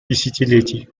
десятилетий